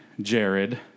Jared